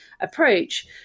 approach